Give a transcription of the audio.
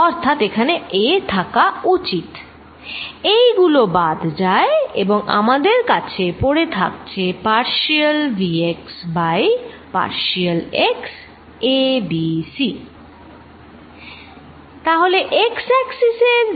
অর্থাৎ এখানে a থাকা উচিত এইগুলো বাদ যায় এবং আমাদের কাছে পড়ে থাকছে partial vx by partial x a b c